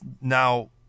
now